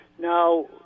Now